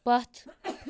پتھ